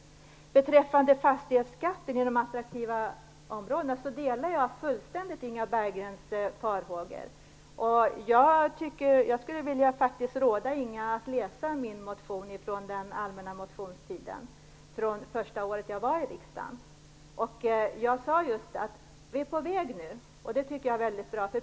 Beträffande fastighetsskatten i de attraktiva områdena delar jag helt Inga Berggrens farhågor. Jag skulle faktiskt vilja råda henne att läsa min motion från allmänna motionstiden från första året som jag var i riksdagen. Jag sade just att vi nu är på väg. Det tycker jag är väldigt bra.